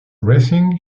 racing